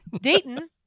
Dayton